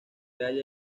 halla